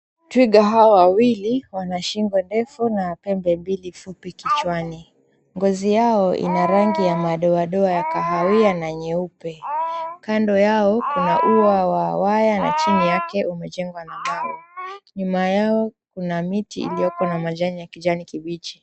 Twiga hawa wawili wana shingo ndefu na pembe mbili fupi kichwani. Ngozi yao ina rangi ya madoadoa ya kahawia na nyeupe. Kando yao kuna ua wa waya na chini yake umejengwa na mawe. Nyuma yao kuna miti iliyoko na majani ya kijani kibichi.